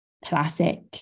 Classic